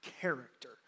character